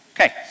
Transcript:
Okay